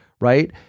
Right